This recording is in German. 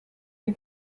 dem